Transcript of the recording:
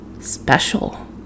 special